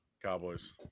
Cowboys